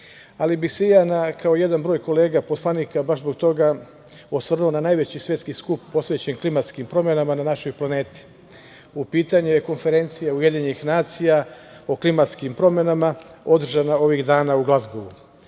ali bih se i ja, kao i jedan broj kolega poslanika baš zbog toga osvrnuo na najveći svetski skup posvećen klimatskim promenama na našoj planeti. U pitanju je Konferencija Ujedinjenih nacija o klimatskim promenama održana ovih dana u Glazgovu. Dovoljno